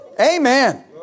Amen